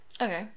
Okay